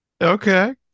Okay